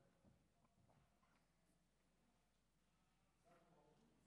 אז אני מסתכל בתקנון הכנסת וכתוב